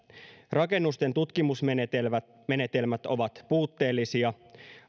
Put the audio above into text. rakennusten tutkimusmenetelmät ovat puutteellisia